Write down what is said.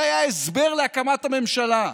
זה היה ההסבר להקמת הממשלה.